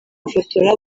gufotora